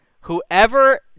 whoever –